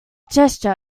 gesture